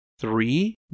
three